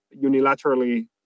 unilaterally